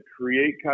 create